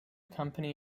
company